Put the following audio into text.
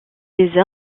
des